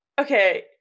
Okay